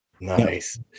Nice